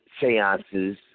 seances